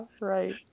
right